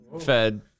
Fed